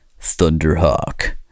Thunderhawk